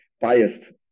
biased